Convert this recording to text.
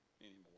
anymore